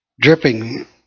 dripping